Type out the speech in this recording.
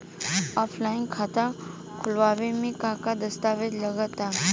Offline खाता खुलावे म का का दस्तावेज लगा ता?